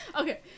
Okay